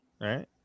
right